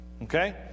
Okay